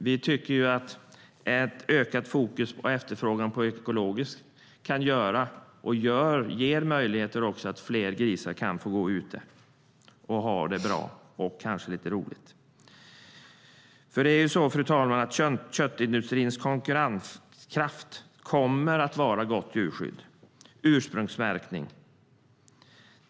Vi menar att ökat fokus på efterfrågan på ekologiskt kan ge, och även ger, möjligheter för fler grisar att gå ute och ha det bra och kanske lite roligt. Fru talman! Köttindustrins konkurrenskraft kommer att vara gott djurskydd och ursprungsmärkning.